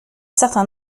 certain